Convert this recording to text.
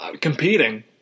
competing